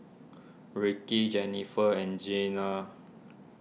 Ricky Jenniffer and Jeana